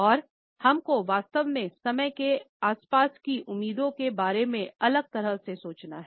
और हम को वास्तव में समय के आसपास की उम्मीदों के बारे में अलग तरह से सोचना है